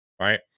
right